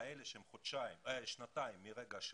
כך שאלה שהם שנתיים מרגע השחרור,